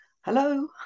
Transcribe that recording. Hello